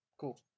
Cool